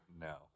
No